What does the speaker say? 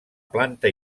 planta